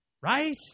right